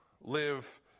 live